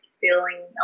feeling